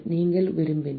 நீங்கள் விரும்பினால்